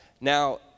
Now